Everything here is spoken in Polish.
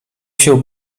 się